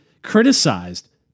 criticized